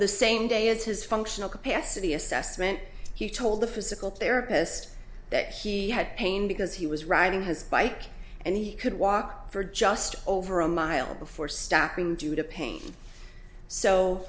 same day as his functional capacity assessment he told the physical therapist that he had pain because he was riding his bike and he could walk for just over a mile before stopping due to pain so